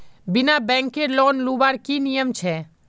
बिना बैंकेर लोन लुबार की नियम छे?